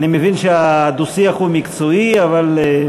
אני מבין שהדו-שיח הוא מקצועי, אבל,